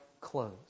clothes